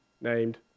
named